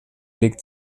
legt